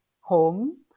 home